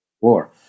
War